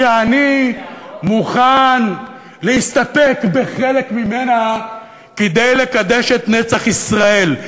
כי אני מוכן להסתפק בחלק ממנה כדי לקדש את נצח ישראל,